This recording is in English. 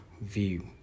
view